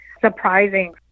surprising